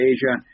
Asia